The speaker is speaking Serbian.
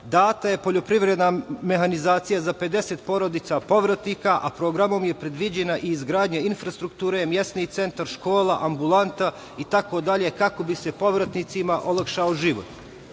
data je poljoprivredna mehanizacija za 50 porodica povratnika, a programom je predviđena izgradnja infrastrukture, mesni centar, škola, ambulanta itd. kako bi se povratnicima olakšao život.